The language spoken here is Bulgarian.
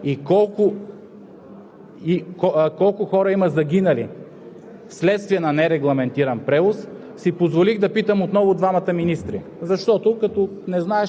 защо оставяте общини – това е към превозвачите, между другото, те критикуваха – колко общини са останали без превоз заради нерегламентиран превоз и колко